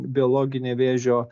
biologinė vėžio